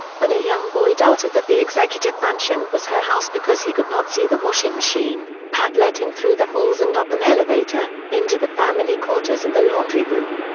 when a young boy doubted that the executive mansion was her house because he could not see the washing machine, pat led him through the halls and up an elevator, into the family quarters and the laundry room.